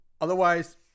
Otherwise